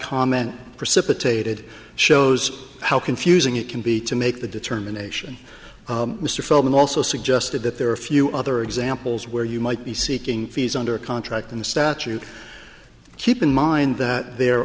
comment precipitated shows how confusing it can be to make the determination mr feldman also suggested that there are a few other examples where you might be seeking fees under contract in the statute keep in mind that there